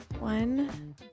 One